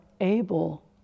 able